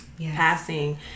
passing